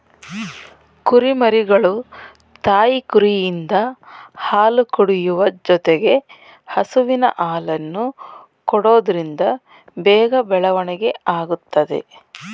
ಕುರಿಮರಿಗಳು ತಾಯಿ ಕುರಿಯಿಂದ ಹಾಲು ಕುಡಿಯುವ ಜೊತೆಗೆ ಹಸುವಿನ ಹಾಲನ್ನು ಕೊಡೋದ್ರಿಂದ ಬೇಗ ಬೆಳವಣಿಗೆ ಆಗುತ್ತದೆ